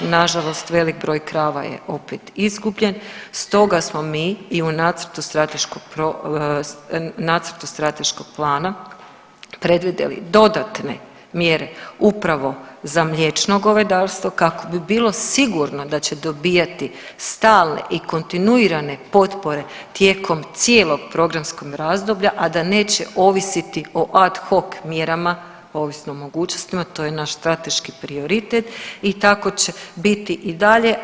I nažalost velik broj krava je opet izgubljen stoga smo mi i u nacrtu strateškog plana predvidjeli dodatne mjere upravo za mliječno govedarstvo kako bi bilo sigurno da će dobivati stalne i kontinuirane potpore tijekom cijelog programskog razdoblja, a da neće ovisiti o ad hoc mjerama ovisno o mogućnostima, to je naš strateški prioritet i tako će biti i dalje.